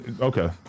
Okay